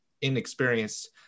inexperienced